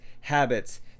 habits